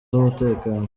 z’umutekano